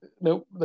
Nope